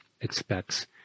expects